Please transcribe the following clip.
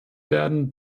werden